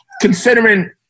Considering